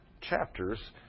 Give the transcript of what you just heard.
chapters